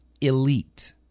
Elite